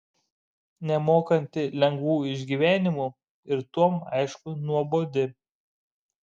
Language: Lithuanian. nemokanti lengvų išgyvenimų ir tuom aišku nuobodi